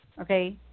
okay